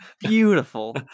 beautiful